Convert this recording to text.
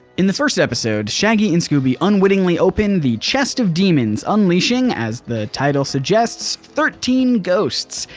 in the first episode, shaggy and scooby unwittingly opened the chest of demons, unleashing as the title suggests, thirteen ghosts.